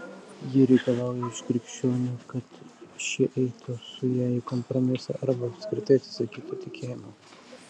ji reikalauja iš krikščionių kad šie eitų su ja į kompromisą arba apskritai atsisakytų tikėjimo